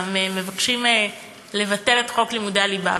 מבקשים לבטל את חוק לימודי הליבה.